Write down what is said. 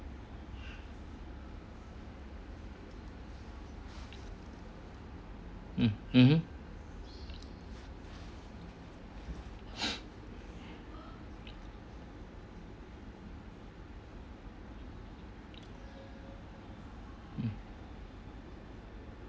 mm mmhmm mm